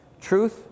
Truth